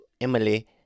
Emily